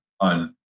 on